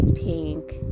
Pink